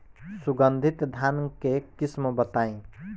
सुगंधित धान के किस्म बताई?